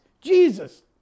Jesus